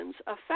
affect